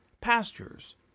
pastures